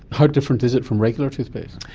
how different is it from regular toothpaste?